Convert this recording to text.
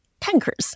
tankers